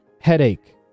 headache